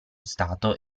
stato